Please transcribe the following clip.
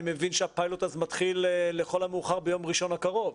אני מבין שהפיילוט הזה מתחיל לכל המאוחר ביום ראשון הקרוב.